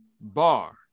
bar